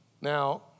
Now